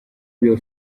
b’iyo